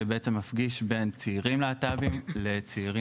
שזה פרויקט שבעצם מפגיש בין צעירים להט"בים ולהט"בים